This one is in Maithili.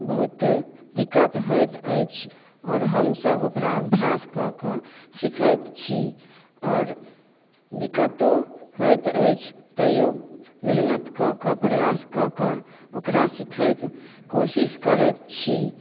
बहुत दिक्कत होइत अछि आओर हमसभ ओकरा अभ्यास कऽ कऽ सीखैत छी आओर दिक्कतो होइत अछि तैयो मेहनत कऽ कऽ प्रयास कऽ कऽ ओकरा सीखैक कोशिश करैत छी